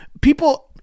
people